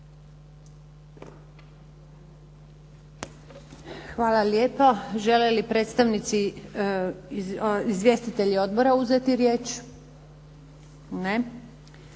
Hvala lijepo. Želi li izvjestitelji odbora uzeti riječ? Ne.